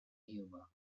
humor